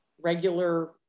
regular